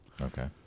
Okay